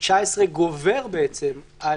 סעיף 19 גובר על